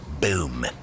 Boom